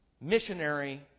missionary